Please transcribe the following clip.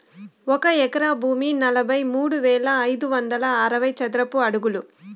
ఒక ఎకరా భూమి నలభై మూడు వేల ఐదు వందల అరవై చదరపు అడుగులు